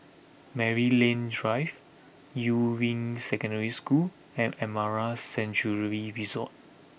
Maryland Drive Yuying Secondary School and Amara Sanctuary Resort